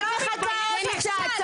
היית מחכה עוד קצת.